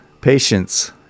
patience